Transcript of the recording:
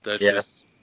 Yes